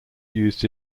used